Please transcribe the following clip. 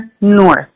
north